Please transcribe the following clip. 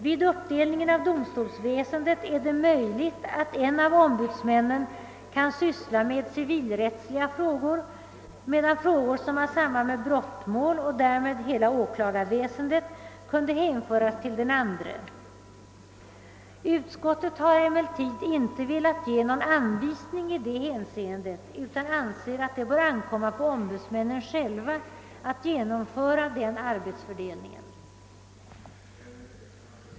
Vid uppdelningen av domstolsväsendet är det möjligt att en av ombudsmännen kan syssla med civilrättsliga frågor, medan frågor som har samband med brottmål och därmed hela åklagarväsendet kunde hänföras till den andre. Utskottet har emellertid inte velat ge någon anvisning i det hänseendet utan anser att det bör ankomma på ombudsmännen själva att genomföra denna arbetsfördelning.